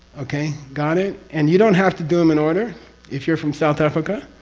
okay? got it? and you don't have to do them in order if you're from south africa.